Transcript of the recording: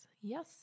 Yes